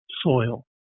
soil